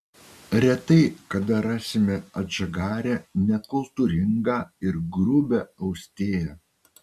retai kada rasime atžagarią nekultūringą ir grubią austėją